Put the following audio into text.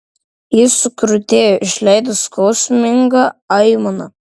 jis sukrutėjo išleido skausmingą aimaną